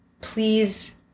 please